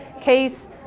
case